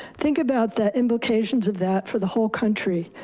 think about the implications of that for the whole country.